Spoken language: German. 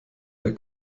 der